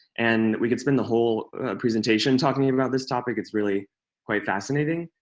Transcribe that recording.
and we can spend the whole presentation talking about this topic. it's really quite fascinating.